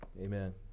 Amen